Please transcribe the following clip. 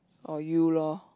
or you lor